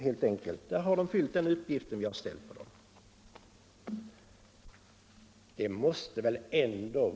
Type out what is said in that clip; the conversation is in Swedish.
Organisationen har därmed fyllt den uppgift vi har ställt på den.